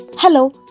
Hello